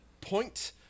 point